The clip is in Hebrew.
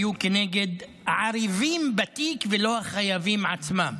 היו כנגד הערבים בתיק ולא החייבים עצמם.